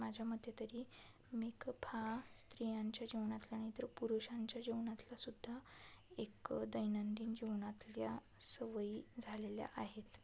माझ्या मते तरी मेकअप हा स्त्रियांच्या जीवनातला नाहीतर पुरुषांच्या जीवनातला सुद्धा एक दैनंदिन जीवनातल्या सवयी झालेल्या आहेत